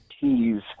tease